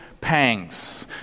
pangs